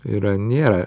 yra nėra